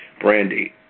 Brandy